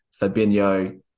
Fabinho